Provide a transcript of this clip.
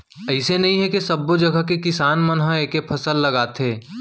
अइसे नइ हे के सब्बो जघा के किसान मन ह एके किसम के फसल लगाथे